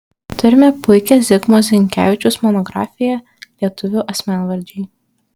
turime puikią zigmo zinkevičiaus monografiją lietuvių asmenvardžiai